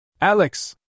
Alex